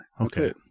Okay